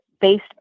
based